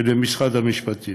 ולמשרד המשפטים.